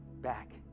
back